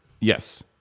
Yes